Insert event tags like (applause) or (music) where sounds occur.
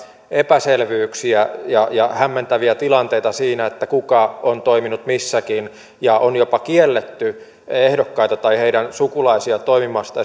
epäselvyyksiä ja ja hämmentäviä tilanteita siinä kuka on toiminut missäkin ja on jopa kielletty ehdokkaita tai heidän sukulaisiaan toimimasta (unintelligible)